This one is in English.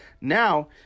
Now